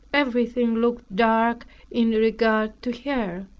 everything looked dark in regard to her.